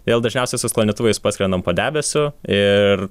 vėl dažniausiai su sklandytuvais paskrendam po debesiu ir